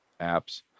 apps